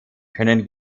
können